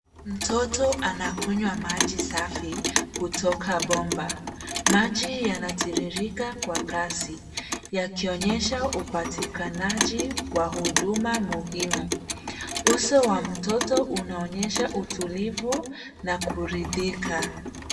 Mtoto anakunywa maji safi kutoka bomba. Maji yanatiririka kwa kasi yakionyesha upatikanaji wa huduma muhimu. Uso wa mtoto unaonyesha utulivu na kuridhika.